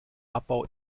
abbau